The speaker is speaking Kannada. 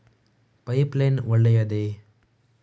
ಪೈಪ್ ಲೈನ್ ಒಳ್ಳೆಯದೇ?